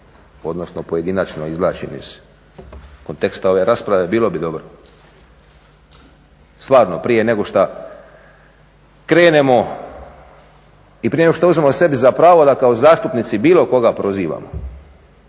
odnosno pojedinačno izvlačim iz konteksta ove rasprave bilo bi dobro, stvarno prije nego šta krenemo i prije nego što uzmemo sebi za pravo da kao zastupnici bilo koga prozivamo.